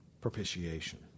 propitiation